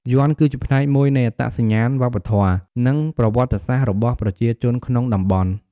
យ័ន្ត គឺជាផ្នែកមួយនៃអត្តសញ្ញាណវប្បធម៌ និងប្រវត្តិសាស្ត្ររបស់ប្រជាជនក្នុងតំបន់។